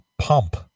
Pump